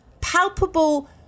palpable